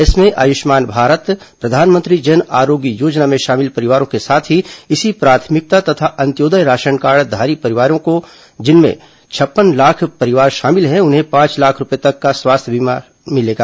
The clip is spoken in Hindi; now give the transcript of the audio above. इसमें आयुष्मान भारत प्रधानमंत्री जन आरोग्य योजना में शामिल परिवारों के साथ ही सभी प्राथमिकता तथा अंत्योदय राशन कार्डधारी परिवारों जिसमें लगभग छप्पन लाख परिवार शामिल हैं उन्हें पांच लाख रूपए तक स्वास्थ्य बीमा सुविधा मिलेगी